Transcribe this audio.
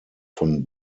von